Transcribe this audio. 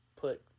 put